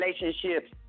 relationships